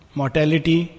mortality